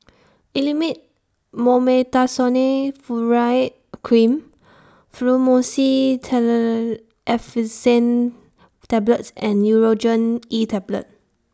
Elomet Mometasone Cream Fluimucil Effervescent Tablets and Nurogen E Tablet